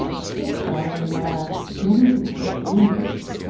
sink down in the mire nearly to the coach windows,